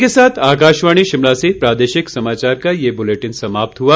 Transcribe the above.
इसी के साथ आकाशवाणी शिमला से प्रादेशिक समाचार का ये बुलेटिन समाप्त हुआ